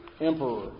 emperor